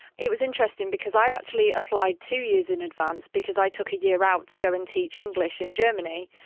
it was interesting because i actually applied two years in advance because i took a year out to go and teach english in germany.